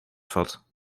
vat